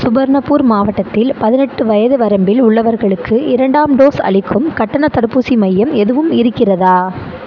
சுபர்ணப்பூர் மாவட்டத்தில் பதினெட்டு வயது வரம்பில் உள்ளவர்களுக்கு இரண்டாம் டோஸ் அளிக்கும் கட்டணத் தடுப்பூசி மையம் எதுவும் இருக்கிறதா